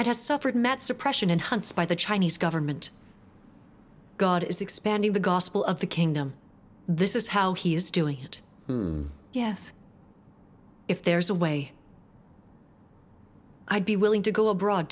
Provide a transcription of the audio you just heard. and has suffered that suppression in hunts by the chinese government god is expanding the gospel of the kingdom this is how he is doing it yes if there's a way i'd be willing to go abroad